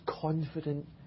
confident